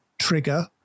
trigger